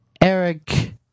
Eric